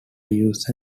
use